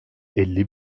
elli